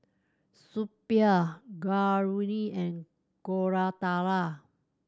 Suppiah Gauri and Koratala